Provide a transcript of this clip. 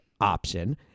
option